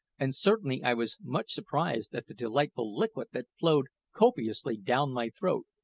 and certainly i was much surprised at the delightful liquid that flowed copiously down my throat.